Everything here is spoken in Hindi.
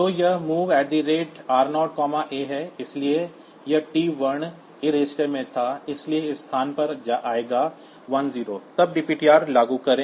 तो यह mov r0 a है इसलिए यह t वर्ण A रजिस्टर में था इसलिए इस स्थान पर आएगा 10 तब dptr लागू करें